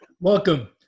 Welcome